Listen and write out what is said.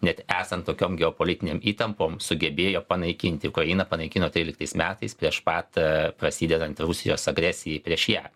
net esant tokiom geopolitinėm įtampom sugebėjo panaikinti ukraina panaikino tryliktais metais prieš pat prasidedant rusijos agresijai prieš ją